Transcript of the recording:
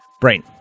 Brain